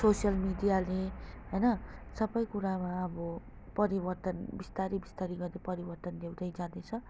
social मिडियाले होइन सबै कुरामा अब परिवर्तन बिस्तारी बिस्तारी गर्दै परिवर्तन ल्याउँदै जाँदैछ